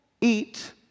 eat